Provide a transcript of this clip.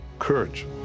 Courage